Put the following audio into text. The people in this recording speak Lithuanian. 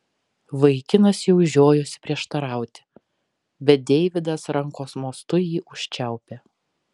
vaikinas jau žiojosi prieštarauti bet deividas rankos mostu jį užčiaupė